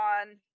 on